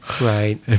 Right